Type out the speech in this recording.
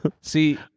See